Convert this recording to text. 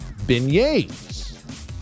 beignets